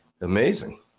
amazing